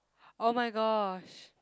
oh-my-gosh